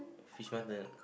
Fish Mar~